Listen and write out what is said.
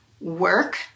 work